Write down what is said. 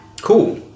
Cool